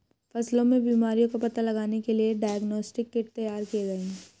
फसलों में बीमारियों का पता लगाने के लिए डायग्नोस्टिक किट तैयार किए गए हैं